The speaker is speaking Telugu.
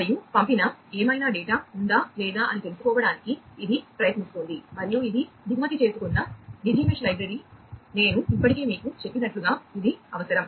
మరియు పంపిన ఏమైనా డేటా ఉందా లేదా అని తెలుసుకోవడానికి ఇది ప్రయత్నిస్తోంది మరియు ఇది దిగుమతి చేసుకున్న డిజి మెష్ లైబ్రరీ నేను ఇప్పటికే మీకు చెప్పినట్లుగా ఇది అవసరం